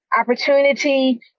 opportunity